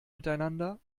miteinander